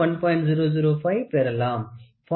005 பெறலாம்